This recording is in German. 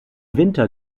winter